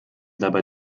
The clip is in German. dabei